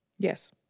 Yes